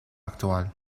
actual